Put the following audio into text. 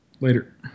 Later